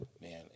Man